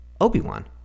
obi-wan